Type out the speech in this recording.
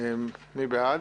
מי בעד?